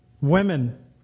women